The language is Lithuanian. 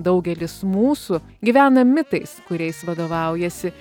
daugelis mūsų gyvena mitais kuriais vadovaujasi